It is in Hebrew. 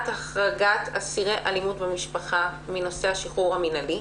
החרגת אסירי אלימות במשפחה מנושא השחרור המינהלי.